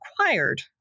required